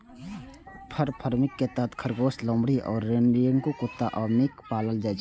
फर farming के तहत खरगोश, लोमड़ी, रैकून कुत्ता आ मिंक कें पालल जाइ छै